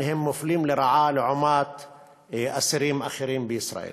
מופלים לרעה לעומת אסירים אחרים בישראל: